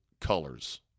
colors